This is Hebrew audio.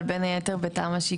אבל בין היתר בתמ"א,